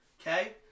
Okay